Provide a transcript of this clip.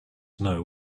know